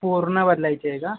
पूर्ण बदलायची आहे का